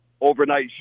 overnight